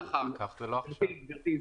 גברתי,